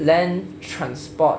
land transport